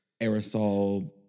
aerosol